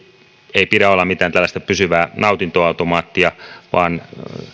ei pidä olla mitään tällaista pysyvää nautintoautomaattia vaan